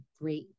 great